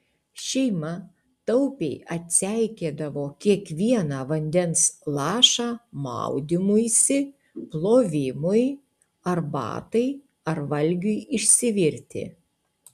šeima taupiai atseikėdavo kiekvieną vandens lašą maudymuisi plovimui arbatai ar valgiui išsivirti